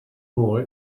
more